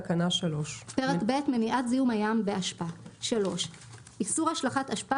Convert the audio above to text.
תקנה 3. פרק ב' מניעת זיהום הים באשפה איסור השלכת אשפה